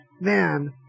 man